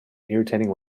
irritating